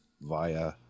via